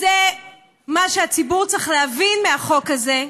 זה מה שהציבור צריך להבין מהחוק הזה,